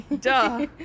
Duh